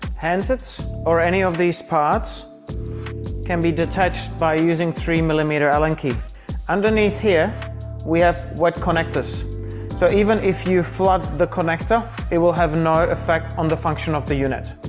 handsets or any of these parts can be detached by using three millimeter allen key underneath here we have what connectors so even if you flood the connector it will have no effect on the function of the unit.